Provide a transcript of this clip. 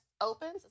opens